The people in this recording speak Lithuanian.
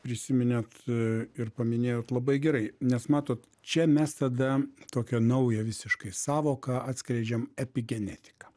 prisiminėt ir paminėjot labai gerai nes matot čia mes tada tokią naują visiškai sąvoką atskleidžiam epigenetika